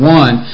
one